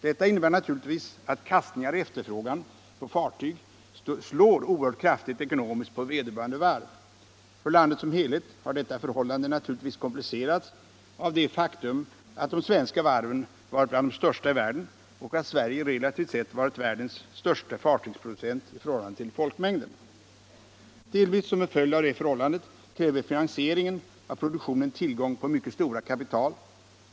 Detta innebär naturligtvis att kastningar i efterfrågan på fartyg slår oerhört kraftigt ekonomiskt på vederbörande varv. För landet som helhet har detta förhållande naturligtvis komplicerats av det faktum att de svenska varven varit bland de största i världen och att Sverige relativt sett varit världens största fartygsproducent i förhållande till folkmängden. Delvis som en följd av detta förhållande kräver finansieringen av produktionen tillgång till mycket stora kapital.